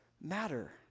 matter